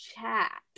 chat